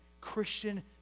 Christian